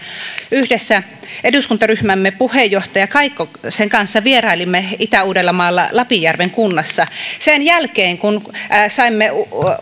yhdessä eduskuntaryhmämme puheenjohtaja kaikkosen kanssa vierailimme itä uudellamaalla lapinjärven kunnassa sen jälkeen kun kun saimme